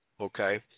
okay